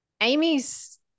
Amy's